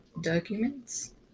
documents